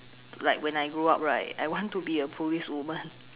like when I grew up right I want to be a policewoman